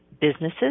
businesses